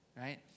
right